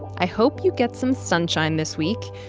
i hope you get some sunshine this week.